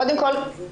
קודם כל לדייק,